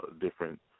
different